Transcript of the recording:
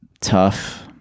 tough